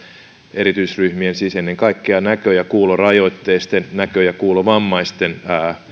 erityisryhmien siis ennen kaikkea näkö ja kuulorajoitteisten näkö ja kuulovammaisten